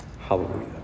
Hallelujah